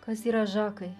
kas yra žakai